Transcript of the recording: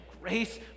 grace